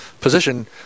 position